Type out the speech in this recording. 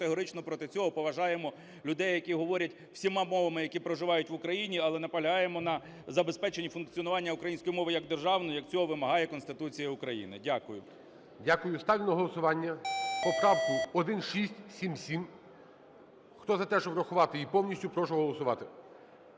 категорично проти цього і поважаємо людей, які говорять всіма мовами, які проживають в Україні, але наполягаємо на забезпеченні функціонування української мови як державної, як цього вимагає Конституція України. Дякую. ГОЛОВУЮЧИЙ. Дякую. Ставлю на голосування поправку 1677. Хто за те, щоб врахувати її повністю, прошу голосувати.